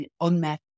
unmet